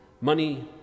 money